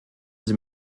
sie